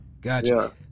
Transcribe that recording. gotcha